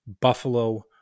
Buffalo